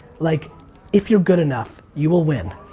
like if you're good enough, you will win.